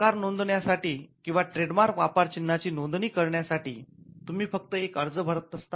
आकार नोंदवण्यासाठी किंवा ट्रेडमार्क व्यापार चिन्ह ची नोंदणी करण्या साठी तुम्ही फक्त एक अर्ज भरत असतात